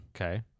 Okay